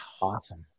Awesome